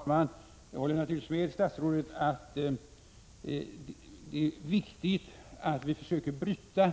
Fru talman! Jag håller naturligtvis med statsrådet att det är viktigt att vi försöker bryta